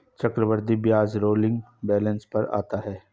चक्रवृद्धि ब्याज rolling balance पर आता है